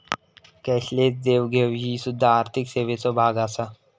cashless देवघेव ही सुध्दा आर्थिक सेवेचो भाग आसा